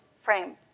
frame